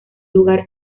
lugar